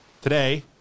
today